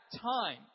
time